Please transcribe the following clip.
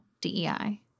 DEI